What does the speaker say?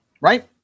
Right